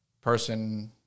person